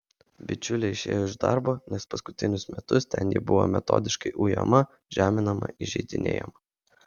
bičiulė išėjo iš darbo nes paskutinius metus ten ji buvo metodiškai ujama žeminama įžeidinėjama